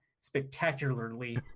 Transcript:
spectacularly